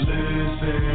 Listen